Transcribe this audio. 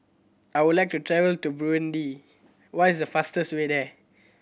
I would like to travel to Burundi what is the fastest way there